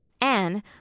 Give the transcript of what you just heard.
Anne